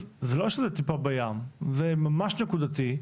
אז זה לא שזה טיפה בים, זה ממש נקודתי.